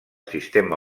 sistema